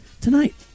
tonight